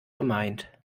gemeint